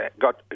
got